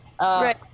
Right